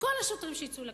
כל השוטרים שיצאו לכבישים,